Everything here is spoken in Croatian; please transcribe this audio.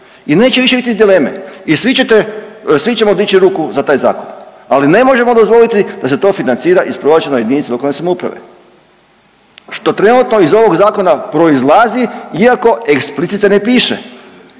I neće više biti dileme i svi ćete, svi ćemo dići ruku za taj zakon, ali ne možemo dozvoliti da se to financira iz proračuna jedinca lokalne samouprave što trenutno iz ovog zakona proizlazi iako eksplicite ne piše,